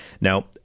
Now